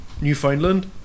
Newfoundland